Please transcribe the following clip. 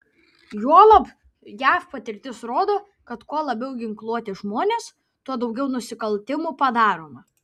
juolab jav patirtis rodo kad kuo labiau ginkluoti žmonės tuo daugiau nusikaltimų padaroma